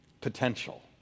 potential